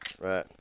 right